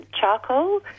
charcoal